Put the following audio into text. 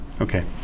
Okay